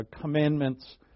commandments